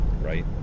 right